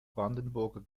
brandenburger